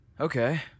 Okay